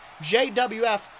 JWF